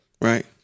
right